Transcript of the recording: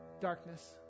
darkness